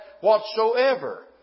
whatsoever